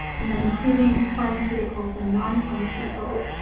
you know, including pharmaceuticals and non pharmaceuticals.